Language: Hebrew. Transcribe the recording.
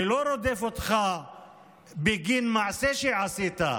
שלא רודף אותך בגין מעשה שעשית,